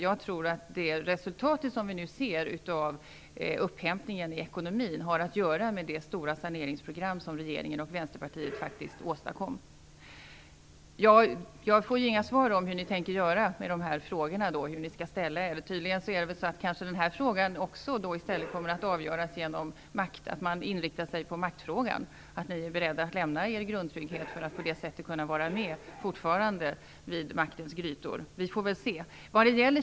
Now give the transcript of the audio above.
Jag tror att det resultat vi nu ser av upphämtningen i ekonomin har att göra med det saneringsprogrammet. Jag får inga svar på hur ni tänker ställa er i de här frågorna. Tydligen kommer den här frågan i stället också att avgöras genom att ni inriktar er på maktfrågan, att ni är beredda att lämna er grundtrygghet för att på det sättet fortfarande kunna vara med vid maktens grytor. Vi får väl se.